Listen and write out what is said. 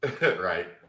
Right